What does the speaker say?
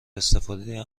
استفاده